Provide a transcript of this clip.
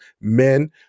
men